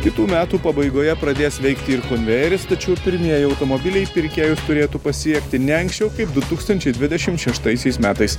kitų metų pabaigoje pradės veikti ir konvejeris tačiau pirmieji automobiliai pirkėjus turėtų pasiekti ne anksčiau kaip du tūkstančiai dvidešimt šeštaisiais metais